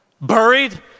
buried